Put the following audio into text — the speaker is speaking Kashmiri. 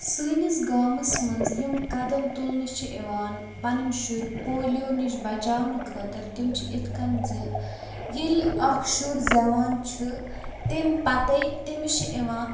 سٲنِس گامَس منٛز یِم قدم تُلنہٕ چھِ یِوان پَنٕنۍ شُرۍ پولیو نِش بَچاونہٕ خٲطرٕ تِم چھِ یِتھ کٔنۍ زِ ییٚلہِ اَکھ شُر زیوان چھُ تمہِ پَتَے تٔمِس چھِ یِوان